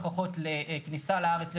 הוכחות לכניסה לארץ,